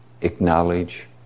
acknowledge